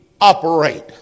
operate